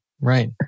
Right